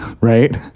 Right